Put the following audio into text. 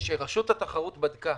שרשות התחרות בדקה